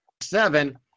Seven